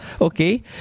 Okay